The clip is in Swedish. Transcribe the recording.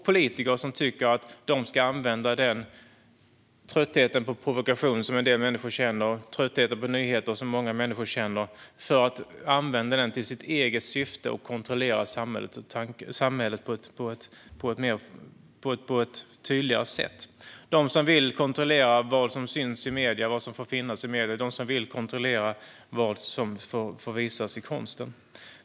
Politiker tycker att de ska använda den tröttheten inför provokation och nyheter som många människor känner i eget syfte och kontrollera samhället på ett tydligare sätt. De vill kontrollera vad som syns och får finnas i medierna och vad som får visas i konsten.